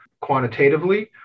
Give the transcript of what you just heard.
quantitatively